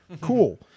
cool